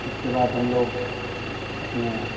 उसके बाद हम लोग अपना